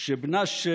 שבנה של